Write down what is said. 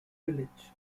village